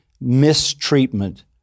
mistreatment